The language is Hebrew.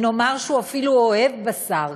ונאמר שהוא אפילו אוהב בשר,